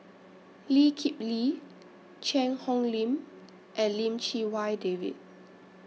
Lee Kip Lee Cheang Hong Lim and Lim Chee Wai David